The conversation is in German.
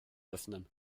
öffnen